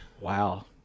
Wow